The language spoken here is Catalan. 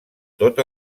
tot